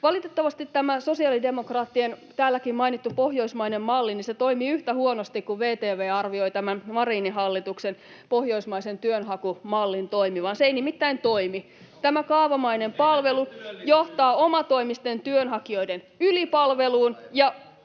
Valitettavasti sosiaalidemokraattien täälläkin mainittu pohjoismainen malli toimii yhtä huonosti kuin VTV arvioi Marinin hallituksen pohjoismaisen työnhakumallin toimivan. Se ei nimittäin toimi. Tämä kaavamainen palvelu johtaa omatoimisten työnhakijoiden ylipalveluun ja